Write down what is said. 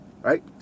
right